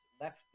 left